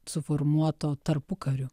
suformuoto tarpukariu